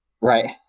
right